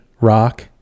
rock